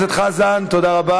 חבר הכנסת חזן, תודה רבה.